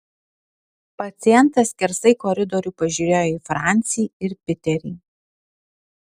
pacientas skersai koridorių pažiūrėjo į francį ir piterį